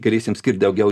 galėsim skirt daugiau